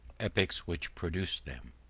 epochs which produce them